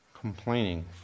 complaining